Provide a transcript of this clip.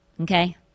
okay